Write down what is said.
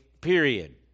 period